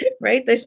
right